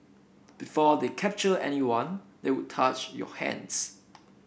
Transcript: before they captured anyone they would touch your hands